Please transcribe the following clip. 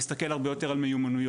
להסתכל הרבה יותר על מיומנויות,